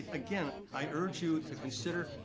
again, i urge you to consider,